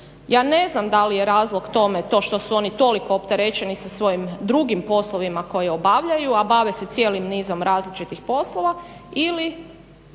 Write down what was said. Ja ne znam da li je razlog tome to što su oni toliko opterećeni sa svojim drugim poslovima koje obavljaju, a bave se cijelim nizom različitih poslova ili